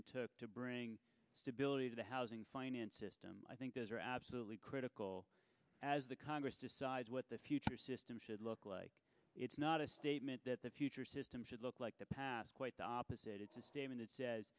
to to bring stability to the housing finance system i think those are absolutely critical as the congress decides what the future system should look like it's not a statement that the future system should look like the past quite the opposite it's a statement it says